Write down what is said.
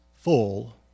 full